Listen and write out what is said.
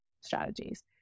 strategies